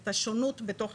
את השונות בתוך